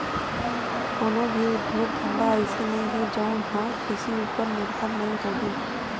कोनो भी उद्योग धंधा अइसे नइ हे जउन ह कृषि उपर निरभर नइ होही